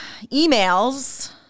emails